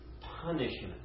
punishment